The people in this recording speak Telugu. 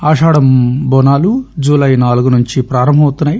ఆషాడం బోనాలు జూలై నాలుగు నుంచి ప్రారంభమవుతున్నాయి